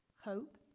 hope